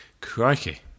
Crikey